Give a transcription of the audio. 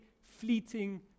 fleeting